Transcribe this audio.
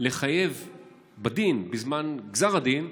לחייב בדין, בזמן גזר הדין,